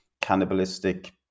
cannibalistic